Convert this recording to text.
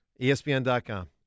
ESPN.com